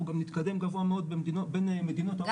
גם נתקדם גבוה מאוד בין מדינות ה-OECD.